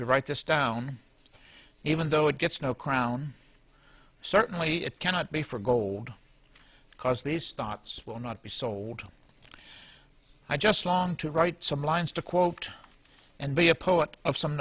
to write this down even though it gets no crown certainly it cannot be for gold because these thoughts will not be sold i just long to write some lines to quote and be a poet of some